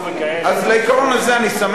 אני מסכים.